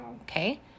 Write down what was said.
Okay